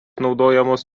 naudojamos